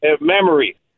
memory